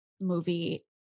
movie